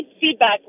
feedback